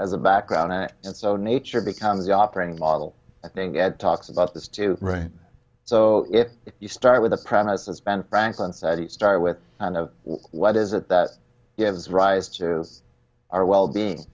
as a background and so nature becomes the operating model i think i had talks about this too right so if you start with the premises ben franklin said he started with what is it that gives rise to our well being